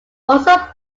also